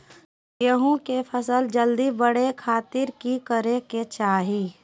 गेहूं के फसल जल्दी बड़े खातिर की करे के चाही?